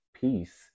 peace